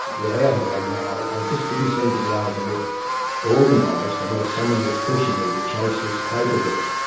without her um you know i just didn't seem to be able to get organised, unless someone was pushing me to chase this paperwork.